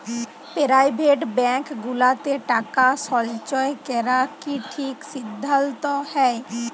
private bank গুলাতে টাকা সল্চয় ক্যরা কি ঠিক সিদ্ধাল্ত হ্যয়